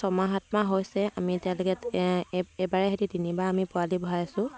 ছমাহ সাতমাহ হৈছে আমি তেওঁলৈকে এইবাৰে সৈতে তিনিবাৰ আমি পোৱালি ভহৰাইছোঁ